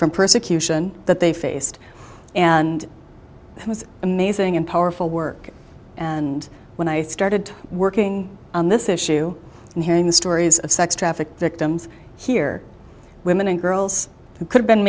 from persecution that they faced and it was amazing and powerful work and when i started working on this issue and hearing the stories of sex trafficked victims here women and girls who could have been